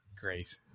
Great